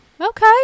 okay